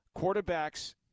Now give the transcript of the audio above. quarterbacks –